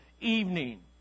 evening